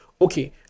okay